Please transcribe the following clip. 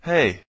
Hey